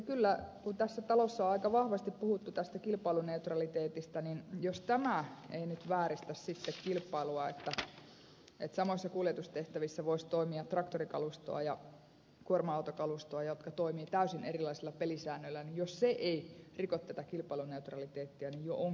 kun tässä talossa on aika vahvasti puhuttu tästä kilpailuneutraliteetista niin jos tämä ei nyt vääristä sitten kilpailua että samoissa kuljetustehtävissä voisi toimia traktorikalustoa ja kuorma autokalustoa jotka toimivat täysin erilaisilla pelisäännöillä jos se ei riko kilpailuneutraliteettia niin jo on kyllä kumma